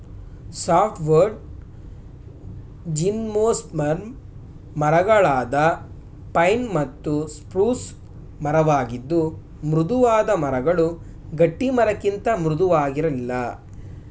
softwood gymnosperm ಮರಗಳಾದ pine ಮತ್ತು spruce ಮರವಾಗಿದ್ದು ಮೃದುವಾದ ಮರಗಳು ಗಟ್ಟಿಮರಕ್ಕಿಂತ ಮೃದುವಾಗಿರಲ್ಲ